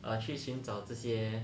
err 去寻找这些